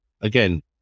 Again